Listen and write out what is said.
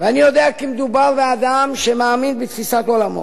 ואני יודע כי מדובר באדם שמאמין בתפיסת עולמו,